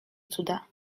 cuda